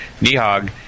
Nihog